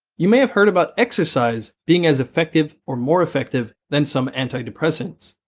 you may have heard about exercise being as effective or more effective than some antidepressants.